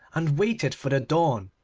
and waited for the dawn.